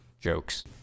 jokes